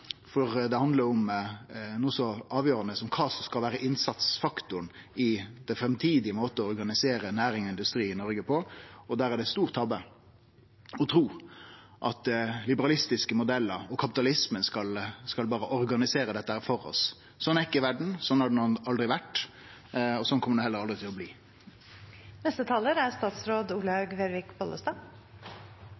for det handlar om noko så avgjerande som kva som skal vere innsatsfaktoren i den framtidige måten å organisere næring og industri på i Noreg. Det er ein stor tabbe å tru at liberalistiske modellar og kapitalisme berre skal organisere dette for oss. Sånn er ikkje verda. Sånn har ho aldri vore. Sånn kjem ho heller aldri til å bli. Skogen og jorda vår er